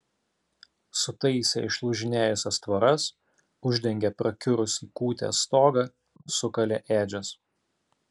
sutaisė išlūžinėjusias tvoras uždengė prakiurusį kūtės stogą sukalė ėdžias